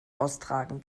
austragen